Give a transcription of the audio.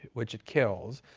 which it kills,